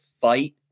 fight